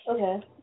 Okay